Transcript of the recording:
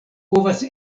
povas